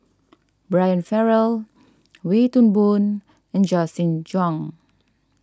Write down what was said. Brian Farrell Wee Toon Boon and Justin Zhuang